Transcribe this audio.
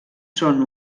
són